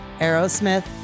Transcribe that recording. Aerosmith